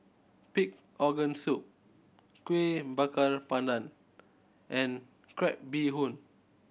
pig organ soup Kuih Bakar Pandan and crab bee hoon